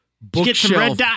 bookshelf